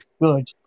Good